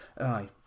Aye